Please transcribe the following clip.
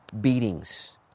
beatings